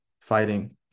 fighting